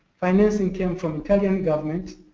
financing came from italian government,